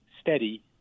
steady